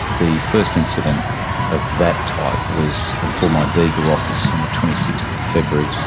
the first incident of that type was for my bega office on the twenty sixth of february